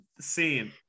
scene